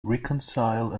reconcile